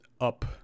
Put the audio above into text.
up